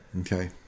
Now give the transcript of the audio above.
Okay